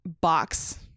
box